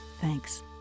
Thanks